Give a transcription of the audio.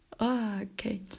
okay